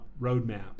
roadmap